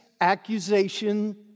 accusation